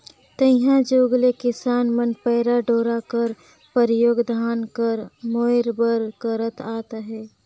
तइहा जुग ले किसान मन पैरा डोरा कर परियोग धान कर मोएर बर करत आत अहे